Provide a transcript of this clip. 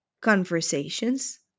conversations